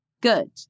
good